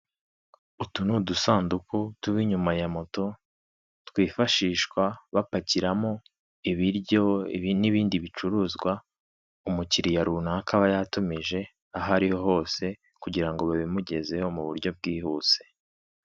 Utu ni udusanduku tuba inyuma ya moto, twifashishwa bapakiramo ibiryo n'ibindi bicuruzwa umukiriya runaka aba yatumije aho ariho hose kugira ngo babimugezeho mu buryo bwihuse.